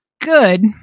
good